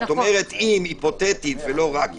זאת אומרת שאם היפותטית, ולא רק היפותטית,